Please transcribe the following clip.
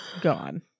gone